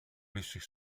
bliższych